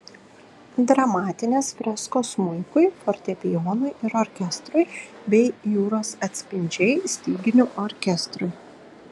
dramatinės freskos smuikui fortepijonui ir orkestrui bei jūros atspindžiai styginių orkestrui